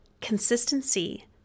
consistency